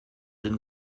den